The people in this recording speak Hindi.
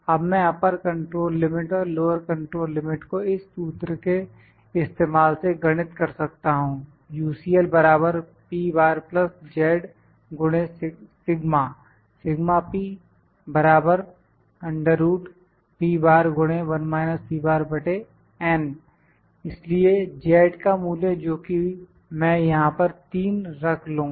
अब मैं अपर कंट्रोल लिमिट और लोअर कंट्रोल लिमिट को इस सूत्र के इस्तेमाल से गणित कर सकता हूं UCL इसलिए z का मूल्य जो कि मैं यहां पर 3 रख लूँगा